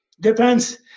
Depends